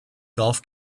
golf